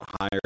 higher